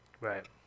Right